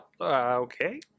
Okay